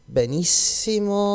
benissimo